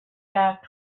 back